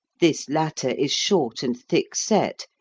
this latter is short and thick-set,